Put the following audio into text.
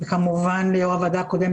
וכמובן ליושב-ראש הוועדה הקודם,